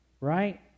right